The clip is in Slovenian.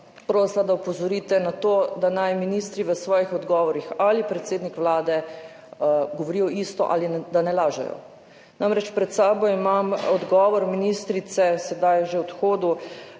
prosila, da opozorite na to, da naj ministri v svojih odgovorih ali predsednik Vlade govorijo isto ali da ne lažejo. Namreč pred sabo imam odgovor ministrice, sedaj že v odhodu,